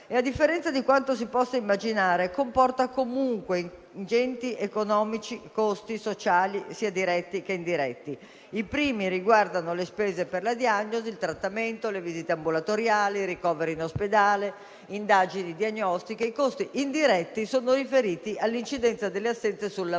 A differenza di quanto si possa immaginare, comporta comunque ingenti costi economici e sociali sia diretti che indiretti. I primi riguardano le spese per la diagnosi, il trattamento, le visite ambulatoriali, i ricoveri in ospedale e le indagini diagnostiche mentre i costi indiretti sono riferiti all'incidenza delle assenze sul lavoro e